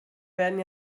werden